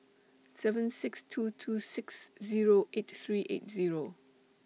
seven six two two six Zero eight three eight Zero